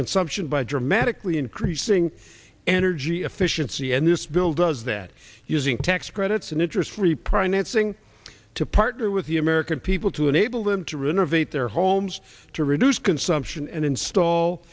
consumption by dramatic increasing energy efficiency and this bill does that using tax credits and interest free prine unsing to partner with the american people to enable them to renovate their homes to reduce consumption and install